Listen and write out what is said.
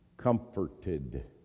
comforted